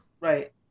right